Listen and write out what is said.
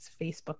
Facebook